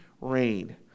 rain